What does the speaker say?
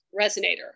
resonator